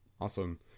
awesome